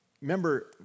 remember